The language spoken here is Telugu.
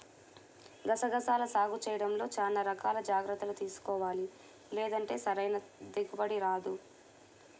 గసగసాల సాగు చేయడంలో చానా రకాల జాగర్తలు తీసుకోవాలి, లేకుంటే సరైన దిగుబడి రాదు